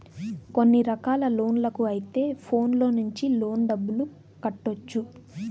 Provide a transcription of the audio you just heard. కొన్ని రకాల లోన్లకు అయితే ఫోన్లో నుంచి లోన్ డబ్బులు కట్టొచ్చు